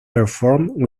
performed